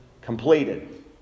completed